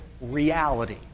reality